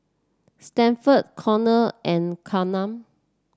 Stanford Conor and Kareem